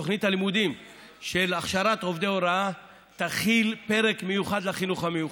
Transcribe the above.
תוכנית הלימודים להכשרת עובדי הוראה תכיל פרק מיוחד לחינוך המיוחד.